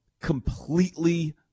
completely